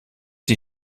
die